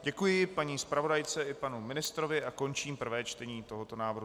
Děkuji paní zpravodajce i panu ministrovi a končím prvé čtení tohoto návrhu.